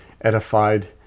edified